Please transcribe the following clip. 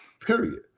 period